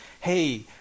hey